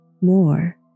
more